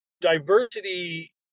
diversity